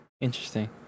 interesting